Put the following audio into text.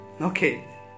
Okay